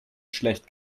schlecht